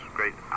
great